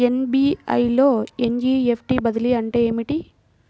SBI లో NEFT బదిలీ అంటే ఏమిటి?